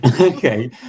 Okay